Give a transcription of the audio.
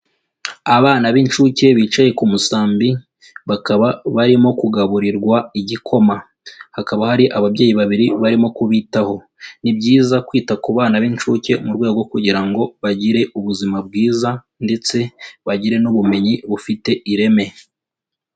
Abana b'incuke, bicaye ku musambi, bakaba barimo kugaburirwa igikoma, hakaba hari ababyeyi babiri barimo kubitaho, ni byiza kwita ku bana b'incuke mu rwego kugira ngo bagire ubuzima bwiza, ndetse bagire n'ubumenyi bufite ireme.